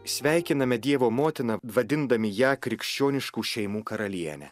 sveikiname dievo motiną vadindami ją krikščioniškų šeimų karaliene